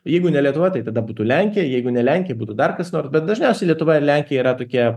jeigu ne lietuva tai tada būtų lenkija jeigu ne lenkija būtų dar kas nors bet dažniausiai lietuva ir lenkija tokie